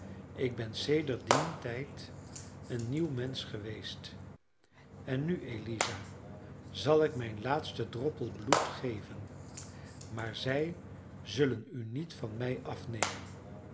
ik ben sedert dien tijd een nieuw mensch geweest en nu eliza zal ik mijn laatsten droppel bloed geven maar zij zullen u niet van mij afnemen